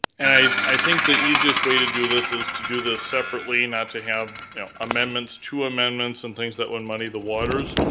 and i i think the easiest way to do this is to do this separately, not to have two amendments and things that would muddy the waters.